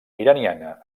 iraniana